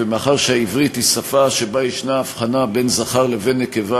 ומאחר שהעברית היא שפה שבה יש הבחנה בין זכר לבין נקבה,